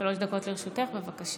שלוש דקות לרשותך, בבקשה.